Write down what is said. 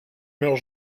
meurt